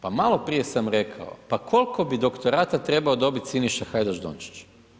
Pa maloprije sam rekao, pa koliko bi doktorata trebao dobiti Siniša Hajdaš Dončić?